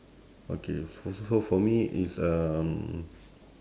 okay so so for me it's um